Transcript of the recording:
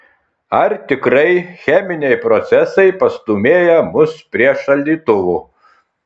ar tikrai cheminiai procesai pastūmėja mus prie šaldytuvo